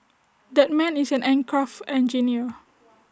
that man is an aircraft engineer